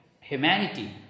humanity